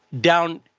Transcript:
down